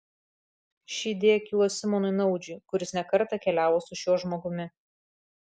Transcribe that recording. ši idėja kilo simonui naudžiui kuris ne kartą keliavo su šiuo žmogumi